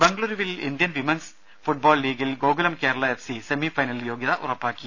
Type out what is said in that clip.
ബംഗുളൂരുവിൽ Indian women's football ലീഗിൽ Gokulam Kerala F C semifinal യോഗ്യത ഉറപ്പാക്കി